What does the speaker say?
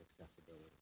accessibility